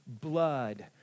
blood